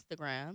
Instagram